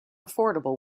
affordable